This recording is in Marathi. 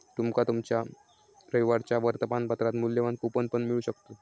तुमका तुमच्या रविवारच्या वर्तमानपत्रात मुल्यवान कूपन पण मिळू शकतत